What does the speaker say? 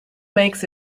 makes